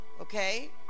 okay